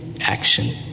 action